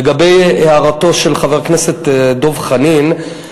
לגבי הערתו של חבר הכנסת דב חנין,